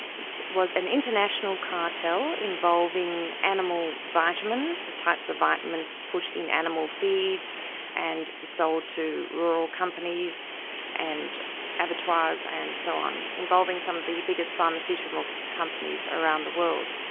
it was an international cartel involving animal vitamins, the types of vitamins put in animal feeds and sold to rural companies and abattoirs and so on, involving some of the biggest pharmaceutical companies around the world.